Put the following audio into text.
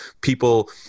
people